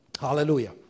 Hallelujah